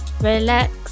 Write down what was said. relax